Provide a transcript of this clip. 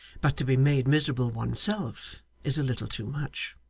but to be made miserable one's self is a little too much